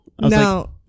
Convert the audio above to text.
no